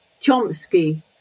Chomsky